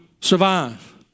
survive